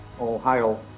Ohio